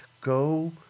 Go